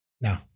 No